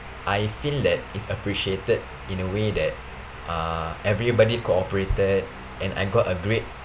I feel that is appreciated in a way that uh everybody cooperated and I got a grade